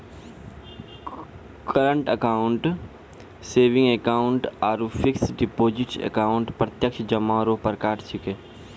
current account saving account आरु fix deposit account प्रत्यक्ष जमा रो प्रकार छिकै